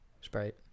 Sprite